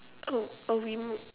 oh or we move